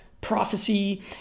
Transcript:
prophecy